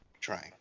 Trying